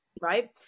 right